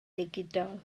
digidol